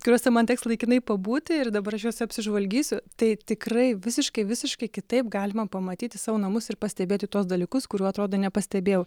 kuriuose man teks laikinai pabūti ir dabar aš juose apsižvalgysiu tai tikrai visiškai visiškai kitaip galima pamatyti savo namus ir pastebėti tuos dalykus kurių atrodo nepastebėjau